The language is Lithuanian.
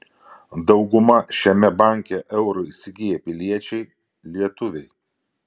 dauguma šiame banke eurų įsigiję piliečiai lietuviai